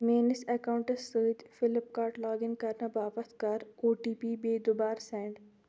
میٲنِس اکاونٹَس سۭتۍ Flipkart log in کرنہٕ باپتھ کَر او ٹی پی بیٚیہِ دُوبارٕ سیٚنڈ